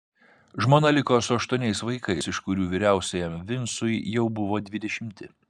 žmona liko su aštuoniais vaikais iš kurių vyriausiajam vincui jau buvo dvidešimti